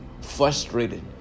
frustrated